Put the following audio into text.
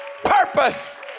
purpose